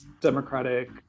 democratic